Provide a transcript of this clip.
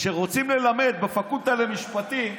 כשרוצים ללמד בפקולטה למשפטים,